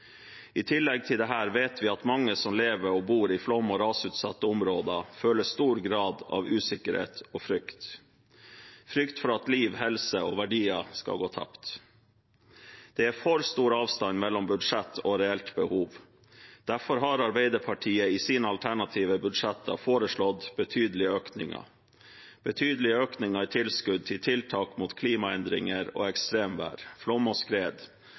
I tillegg til dette vet vi at mange som lever og bor i flom- og rasutsatte områder, føler stor grad av usikkerhet og frykt – frykt for at liv, helse og verdier skal gå tapt. Det er for stor avstand mellom budsjett og reelt behov. Derfor har Arbeiderpartiet i sine alternative budsjetter foreslått betydelige økninger i tilskudd til tiltak mot klimaendringer og ekstremvær, flom og skred,